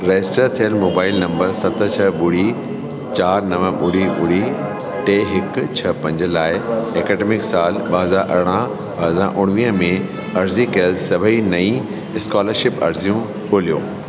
register थियल mobile number सत छह ॿुड़ी चारि नव ॿुड़ी ॿुड़ी टे हिकु छह पंज लाइ ऐकडेमिक साल ॿ हज़ार अरिड़हं ॿ हज़ार उणिवीह में अर्ज़ी कयल सभेई नईं स्कॉलरशिप अर्ज़ियूं ॻोल्हियो